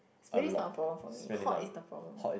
smelly is not a problem for me hot is the problem